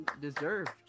deserved